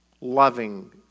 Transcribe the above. loving